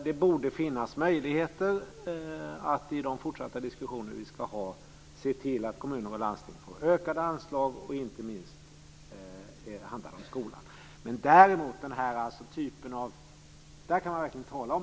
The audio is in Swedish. Det borde finnas möjligheter att i de fortsatta diskussioner vi ska ha se till att kommuner och landsting får ökade anslag. Inte minst handlar det om skolan.